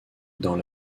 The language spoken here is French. dans